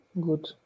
Good